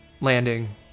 landing